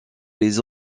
les